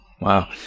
Wow